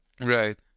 Right